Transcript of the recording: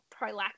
prolactin